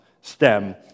stem